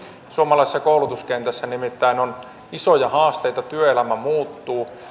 suomalaisessa koulutuskentässä nimittäin on isoja haasteita työelämä muuttuu